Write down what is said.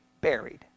buried